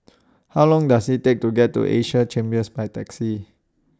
How Long Does IT Take to get to Asia Chambers By Taxi